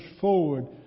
forward